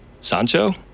Sancho